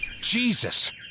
Jesus